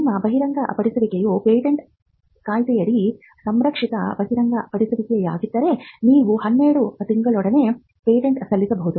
ನಿಮ್ಮ ಬಹಿರಂಗಪಡಿಸುವಿಕೆಯು ಪೇಟೆಂಟ್ ಕಾಯ್ದೆಯಡಿ ಸಂರಕ್ಷಿತ ಬಹಿರಂಗಪಡಿಸುವಿಕೆಯಾಗಿದ್ದರೆ ನೀವು 12 ತಿಂಗಳೊಳಗೆ ಪೇಟೆಂಟ್ ಸಲ್ಲಿಸಬಹುದು